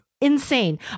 Insane